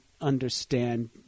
understand